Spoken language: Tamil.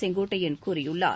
செங்கோட்டையன் கூறியுள்ளார்